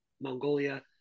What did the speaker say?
Mongolia